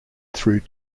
through